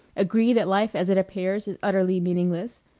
agree that life as it appears is utterly meaningless.